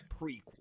prequel